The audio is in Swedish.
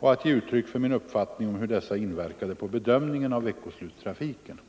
och att ge uttryck för min uppfattning om hur dessa inverkade på bedömningen av veckoslutstrafiken.